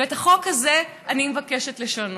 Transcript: את החוק הזה אני מבקשת לשנות,